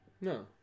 No